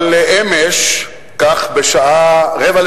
אבל אמש, כך בשעה 19:45,